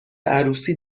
عروسی